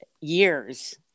years